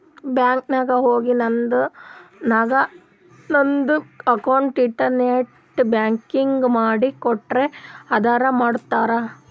bank ನಾಗ್ ಹೋಗಿ ನಂಗ್ ನಂದ ಅಕೌಂಟ್ಗ ಇಂಟರ್ನೆಟ್ ಬ್ಯಾಂಕಿಂಗ್ ಮಾಡ್ ಕೊಡ್ರಿ ಅಂದುರ್ ಮಾಡ್ತಾರ್